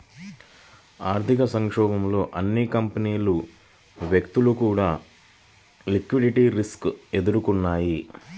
ఆర్థిక సంక్షోభంతో అన్ని కంపెనీలు, వ్యక్తులు కూడా లిక్విడిటీ రిస్క్ ఎదుర్కొన్నయ్యి